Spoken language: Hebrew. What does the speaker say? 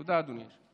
תודה, אדוני.